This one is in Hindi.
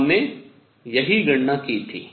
हमने यही गणना की थी